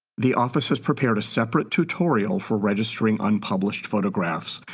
the office has prepared a separate tutorial for registering unpublished photographs,